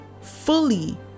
fully